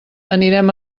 anirem